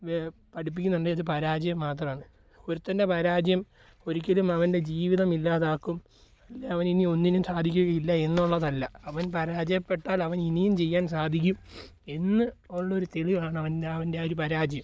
വേ പഠിപ്പിക്കുന്നുണ്ടേ വെച്ചാൽ പരാജയം മാത്രമാണ് ഒരുത്തൻ്റെ പരാജയം ഒരിക്കലും അവൻ്റെ ജീവിതം ഇല്ലാതാക്കും അവനിനി ഒന്നിനും സാധിക്കുകയില്ല എന്നൊള്ളതല്ല അവൻ പരാജയപ്പെട്ടാലവനിനിയും ചെയ്യാൻ സാധിക്കും എന്ന് ഉള്ളൊരു തെളിവാണ് അവൻ്റെ അവൻ്റെ ആ ഒരു പരാജയം